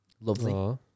Lovely